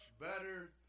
better